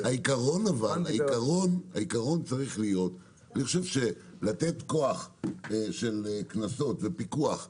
אני חושב שלתת כוח של קנסות ופיקוח לחברה,